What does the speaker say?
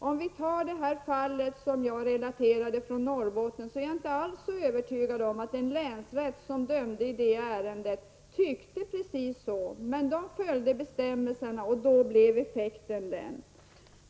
Om vi tar det här fallet från Norrbotten som jag relaterade, är jag inte alls så övertygad om att den länsrätt som dömde i det ärendet tyckte precis så, men den följde bestämmelserna och då blev effekten som den blev.